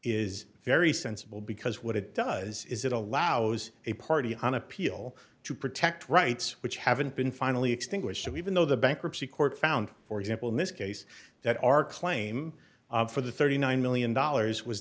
is very sensible because what it does is it allows a party on appeal to protect rights which haven't been finally extinguished so even though the bankruptcy court found for example in this case that our claim for the thirty nine million dollars was